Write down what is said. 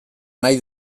nahi